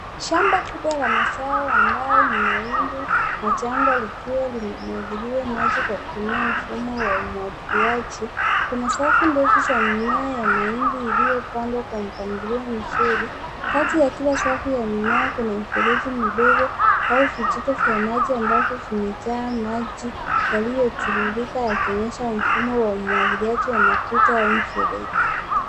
Shamba kubwa la mazao ambayo ni mahindi machanga likiwa limemwagiliwa maji kwa kutumia mfumo wa umwagiliaji. Kuna safu ndefu za mimea ya mahindi iliyopandwa kwa mpangilio mzuri. Kati ya kila safu ya mimea kuna mifereji midigo au vijito vya maji ambvyo vimejaa maji yaliyotiririka yakionyesha mfumo wa umwagiliaji wa matuta au mfereji.